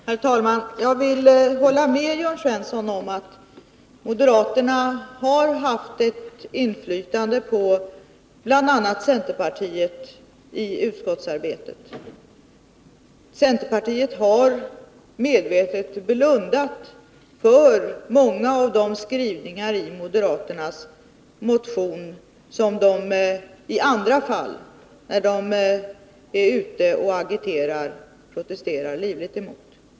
Herr talman! Jag vill hålla med Jörn Svensson om att moderaterna har haft ett inflytande på bl.a. centerpartiet i utskottsarbetet. Centerpartisterna har medvetet blundat för många av de skrivningar i moderaternas motion som de i andra fall, när de är ute och agiterar, protesterar livligt emot.